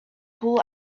pull